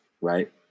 right